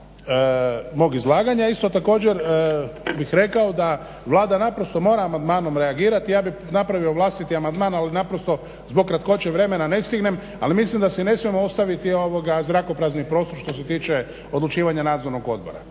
Isto također bih rekao da Vlada naprosto mora amandmanom reagirati. Ja bi napravio vlastiti amandman, ali naprosto zbog kratkoće vremena na stignem, ali mislim da si ne smijemo ostaviti zrakoprazni prostor što se tiče odlučivanja nadzornog odbora.